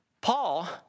Paul